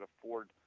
afford